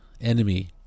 enemy